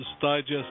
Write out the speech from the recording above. Digest